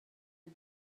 you